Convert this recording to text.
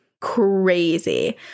crazy